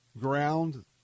ground